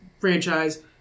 franchise